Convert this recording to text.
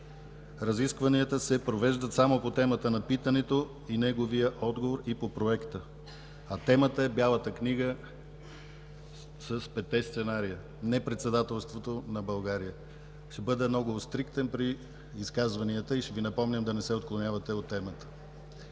разискванията се провеждат само по темата на питането, неговия отговор и по проекта. Темата е: Бялата книга с петте сценария, а не председателството на България. Ще бъда много стриктен при изказванията и ще Ви напомням да не се отклонявате от темата.